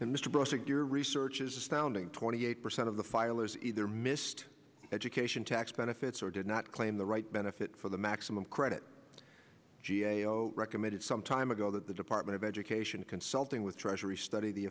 mr brozak your research is astounding twenty eight percent of the filers either missed education tax benefits or did not claim the right benefit for the maximum credit g a o recommended some time ago that the department of education consulting with treasury study the